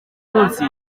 munsi